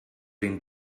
den